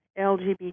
LGBT